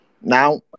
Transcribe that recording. Now